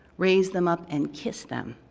raise them up and kiss them,